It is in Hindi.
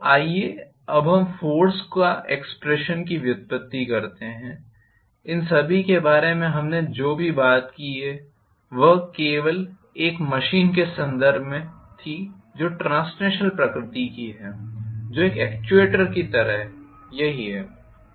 तो आइए अब हम फोर्स का एक्सप्रेशन की व्युत्पत्ति करते हैं इन सभी के बारे में हमने जो भी बात की है वह केवल एक मशीन के संदर्भ में थी जो ट्रांसलेशनल प्रकृति की है जो एक एक्ट्यूएटर की तरह है यही है